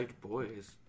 boys